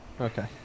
Okay